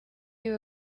you